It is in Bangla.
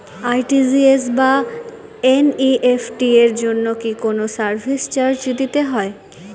আর.টি.জি.এস বা এন.ই.এফ.টি এর জন্য কি কোনো সার্ভিস চার্জ দিতে হয়?